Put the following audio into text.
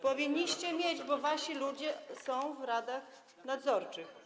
Powinniście mieć, bo wasi ludzie są w radach nadzorczych.